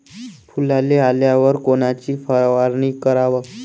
फुलाले आल्यावर कोनची फवारनी कराव?